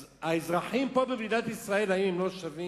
אז האזרחים פה במדינת ישראל, האם הם לא שווים?